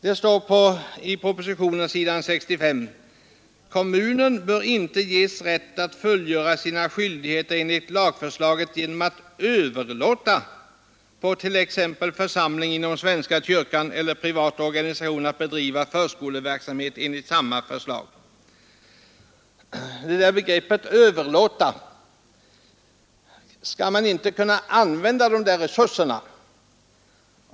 Det står i propositionen på s. 65: ”Kommun bör inte ges rätt att fullgöra sina skyldigheter enligt lagförslaget genom att överlåta på t.ex. församling inom svenska kyrkan eller privat organisation att bedriva förskoleverksamhet enligt samma förslag.” Betyder begreppet ” överlåta” att man inte skall kunna använda resurserna?